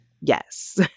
Yes